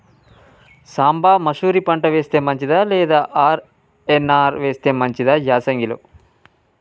సాంబ మషూరి పంట వేస్తే మంచిదా లేదా ఆర్.ఎన్.ఆర్ వేస్తే మంచిదా యాసంగి లో?